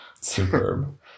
Superb